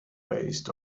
based